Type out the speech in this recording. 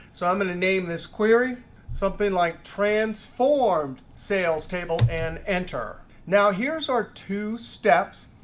so i'm going to name this query something like transformed sales table and enter. now here's our two steps.